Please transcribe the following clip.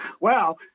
Wow